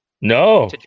No